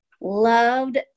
loved